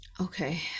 okay